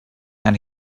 and